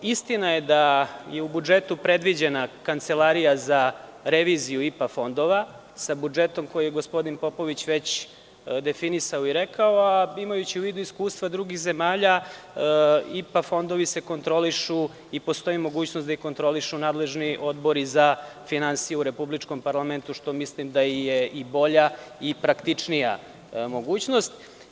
Istina je da je u budžetu predviđena kancelarija za reviziju IPA fondova sa budžetom koji je gospodin Popović već definisao i rekao, a imajući u vidu iskustva drugih zemalja IPA fondovi se kontrolišu i postoji mogućnost da ih kontrolišu nadležni odbori za finansije u republičkom parlamentu, što mislim da je bolja i praktičnija mogućnost.